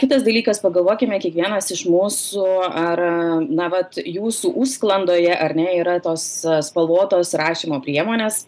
kitas dalykas pagalvokime kiekvienas iš mūsų ar na vat jūsų užsklandoje ar ne yra tos spalvotos rašymo priemonės